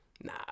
nah